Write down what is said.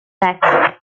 tax